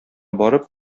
барып